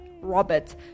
robert